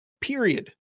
period